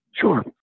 Sure